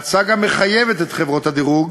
ההצעה גם מחייבת את חברות הדירוג